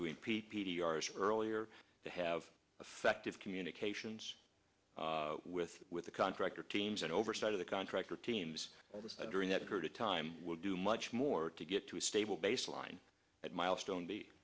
doing p p d are as earlier to have affective communications with with the contractor teams and oversight of the contractor teams during that period of time will do much more to get to a stable baseline at milestone b